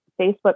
Facebook